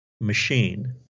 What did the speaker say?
machine